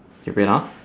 K wait ah